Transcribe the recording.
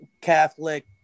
Catholic